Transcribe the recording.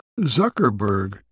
Zuckerberg